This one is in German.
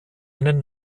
einen